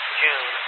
june